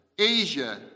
Asia